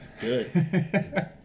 good